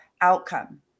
outcome